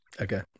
Okay